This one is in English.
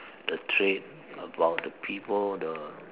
the trade about the people the